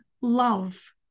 love